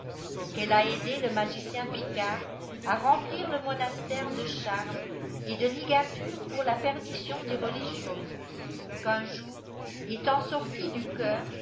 ette a aidé le magicien picard h remplir le monastère de sharmes et de ugatores pour ia perdition des religieuses qu'un jour étant sortie du chœur